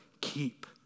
keep